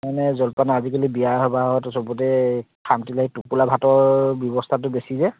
মানে জলপান আজিকালি বিয়াই সবাহত সবতে খামটিলাহী টোপোলা ভাতৰ ব্যৱস্থাটো বেছি যে